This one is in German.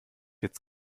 jetzt